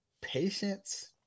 patience